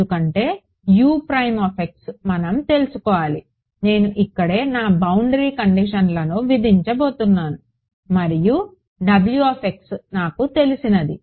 ఎందుకంటే మనం తెలుసుకోవాలి నేను ఇక్కడే నా బౌండరీ కండిషన్లను విధించబోతున్నాను మరియు నాకు తెలిసినది